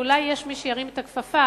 ואולי יש מי שירים את הכפפה,